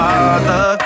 Father